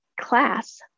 class